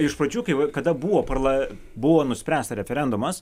iš pradžių kai va kada buvo parla buvo nuspręsta referendumas